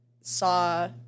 saw